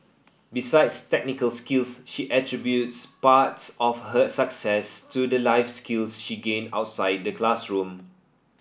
besides technical skills she attributes parts of her success to the life skills she gained outside the classroom